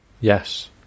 Yes